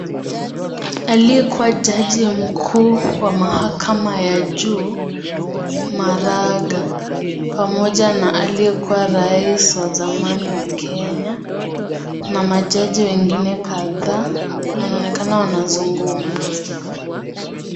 Aliyekuwa jaji mkuu wa mahakama ya juu Maraga pamoja na aliyekuwa rais wa zamani wa Kenya na majaji wengine kadhaa wanaonekana wanazungumza.